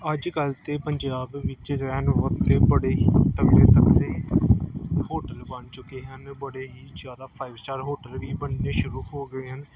ਅੱਜ ਕੱਲ੍ਹ ਤਾਂ ਪੰਜਾਬ ਵਿੱਚ ਰਹਿਣ ਵਾਸਤੇ ਬੜੇ ਹੀ ਤਕੜੇ ਤਕੜੇ ਹੋਟਲ ਬਣ ਚੁੱਕੇ ਹਨ ਬੜੇ ਹੀ ਜ਼ਿਆਦਾ ਫਾਈਵ ਸਟਾਰ ਹੋਟਲ ਵੀ ਬਣਨੇ ਸ਼ੁਰੂ ਹੋ ਗਏ ਹਨ